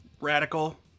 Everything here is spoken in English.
radical